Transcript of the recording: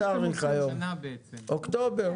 אוקטובר.